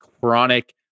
chronic